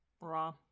raw